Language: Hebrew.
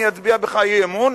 אני אצביע בך אי-אמון,